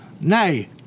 Nay